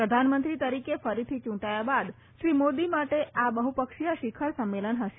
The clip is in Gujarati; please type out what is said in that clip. પ્રધાનમંત્રી તરીકે ફરીથી ચૂંટાયા બાદ શ્રી મોદી માટે આ બહુપક્ષીય શિખર સંમેલન હશે